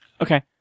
Okay